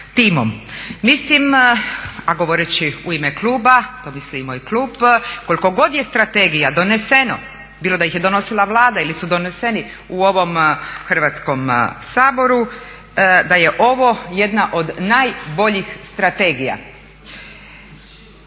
timom. Mislim, a govoreći u ime kluba, to misli i moj klub, koliko god je strategija doneseno, bilo da ih je donosila Vlada ili su doneseni u ovom Hrvatskom saboru, da je ovo jedna od najboljih strategija.